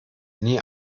nie